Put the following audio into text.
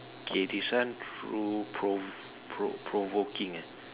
okay this one pro~ pro~ provoking ah